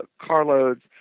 carloads